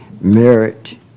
merit